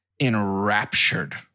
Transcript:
enraptured